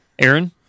Aaron